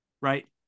right